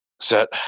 Set